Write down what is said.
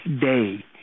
Day